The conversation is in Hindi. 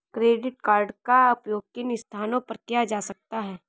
क्रेडिट कार्ड का उपयोग किन स्थानों पर किया जा सकता है?